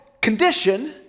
condition